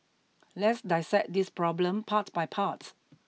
let's dissect this problem part by part